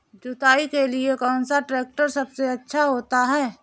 जुताई के लिए कौन सा ट्रैक्टर सबसे अच्छा होता है?